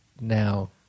now